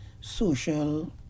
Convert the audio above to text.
social